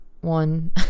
one